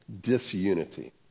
disunity